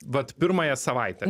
vat pirmąją savaitę